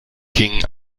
king